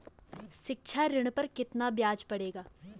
शिक्षा ऋण पर कितना ब्याज पड़ेगा?